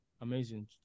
Amazing